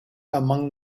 among